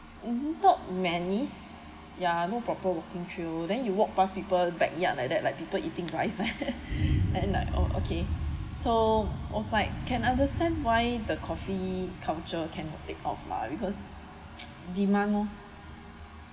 mm not many ya no proper walking through then you walk past people backyard like that like people eating rice like that and like oh okay so I was like can understand why the coffee culture cannot take off lah because demand lor